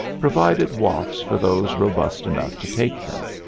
provided walks for those robust enough to take them,